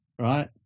right